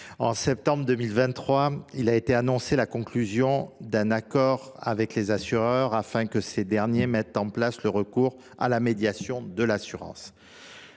En septembre 2023 a été annoncée la conclusion d’un accord avec les assureurs, afin que ces derniers mettent en place le recours à la Médiation de l’assurance.